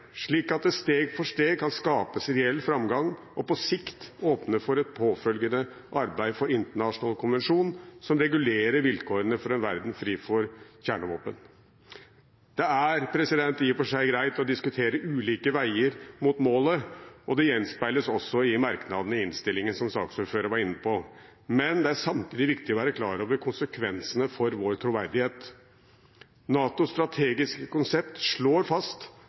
slik at det steg for steg kan skapes reell framgang og på sikt åpnes for et påfølgende arbeid for en internasjonal konvensjon som regulerer vilkårene for en verden fri for kjernevåpen. Det er i og for seg greit å diskutere ulike veier mot målet, og det gjenspeiles også i merknadene i innstillingen, som saksordføreren var inne på. Men det er samtidig viktig å være klar over konsekvensene for vår troverdighet. NATOs strategiske konsept slår fast